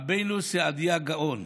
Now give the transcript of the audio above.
רבנו סעדיה גאון,